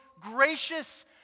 gracious